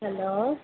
hello